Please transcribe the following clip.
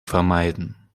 vermeiden